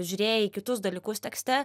žiūrėjai į kitus dalykus tekste